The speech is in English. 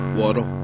water